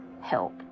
help